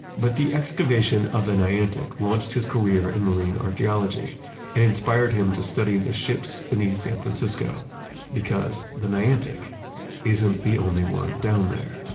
but the excavation of the niantic launched his career in marine archaeology and inspired him to study the ships beneath san francisco because the niantic isn't the only one down there.